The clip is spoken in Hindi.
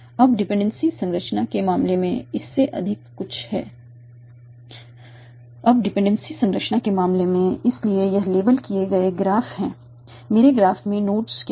अब डिपेंडेंसी संरचना के मामले में इससे अधिक कुछ है अब डिपेंडेंसी संरचना के मामले में इसलिए यह लेबल किए गए ग्राफ़ हैं मेरे ग्राफ़ में नोड्स क्या हैं